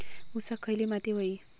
ऊसाक खयली माती व्हयी?